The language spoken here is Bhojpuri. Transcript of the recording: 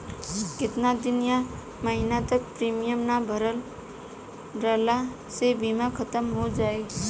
केतना दिन या महीना तक प्रीमियम ना भरला से बीमा ख़तम हो जायी?